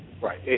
Right